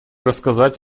рассказать